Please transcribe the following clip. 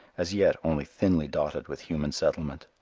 as yet only thinly dotted with human settlement.